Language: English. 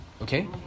Okay